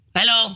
Hello